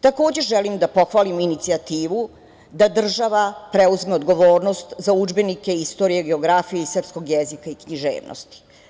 Takođe želim da pohvalim inicijativu da država preuzme odgovornost za udžbenike istorije, geografije i srpskog jezika i književnosti.